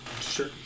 Sure